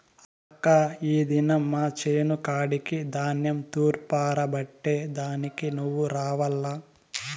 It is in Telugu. అక్కా ఈ దినం మా చేను కాడికి ధాన్యం తూర్పారబట్టే దానికి నువ్వు రావాల్ల